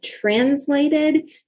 translated